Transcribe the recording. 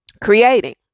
creating